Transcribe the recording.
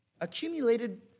accumulated